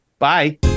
Bye